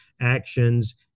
actions